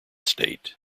state